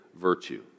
virtue